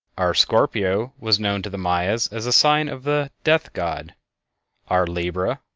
our scorpio was known to the mayas as a sign of the death god our libra,